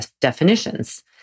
definitions